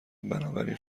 بنابراین